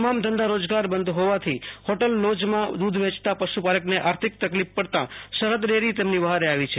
તમામ ધંધા રોજગાર બંધ હોવાથી હોટલ લોજ મા દુધ વેચતા પશુપાલક ને આર્થિક તક્લીફ પડ્તા સરહદ ડેરી તેમની વ્હારે આવી છે